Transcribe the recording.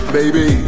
baby